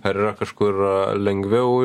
ar yra kažkur lengviau